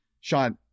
Sean